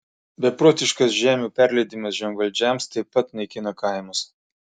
beprotiškas žemių perleidimas žemvaldžiams taip pat naikina kaimus